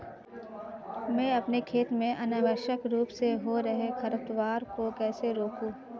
मैं अपने खेत में अनावश्यक रूप से हो रहे खरपतवार को कैसे रोकूं?